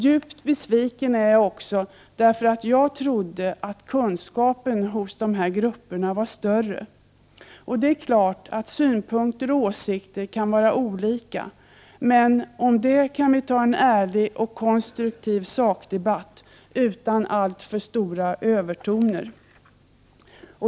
Djupt besviken är jag också därför en ärlig och konstruktiv sakdebatt utan alltför höga övertoner.